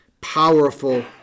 powerful